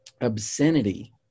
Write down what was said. obscenity